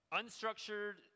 unstructured